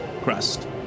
crust